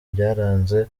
byaranze